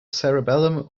cerebellum